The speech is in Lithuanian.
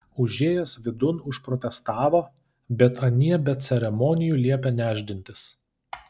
užėjęs vidun užprotestavo bet anie be ceremonijų liepė nešdintis